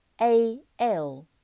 A-L